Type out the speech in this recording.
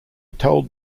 told